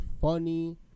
funny